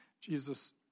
Jesus